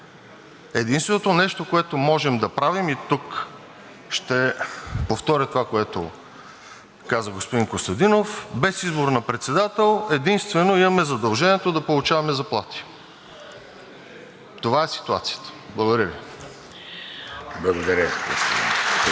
Единственото нещо, което можем да правим, и тук ще повторя това, което каза господин Костадинов – без избор на председател единствено имаме задължението да получаваме заплати. Това е ситуацията. Благодаря Ви.